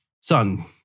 son